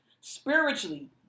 spiritually